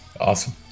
Awesome